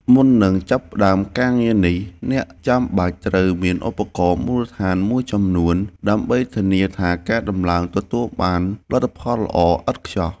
មុននឹងចាប់ផ្ដើមការងារនេះអ្នកចាំបាច់ត្រូវមានឧបករណ៍មូលដ្ឋានមួយចំនួនដើម្បីធានាថាការដំឡើងទទួលបានលទ្ធផលល្អឥតខ្ចោះ។